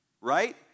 right